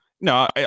No